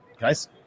guys